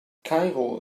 kairo